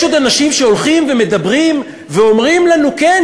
יש עוד אנשים שהולכים ומדברים ואומרים לנו: כן,